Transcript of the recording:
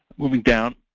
moving down.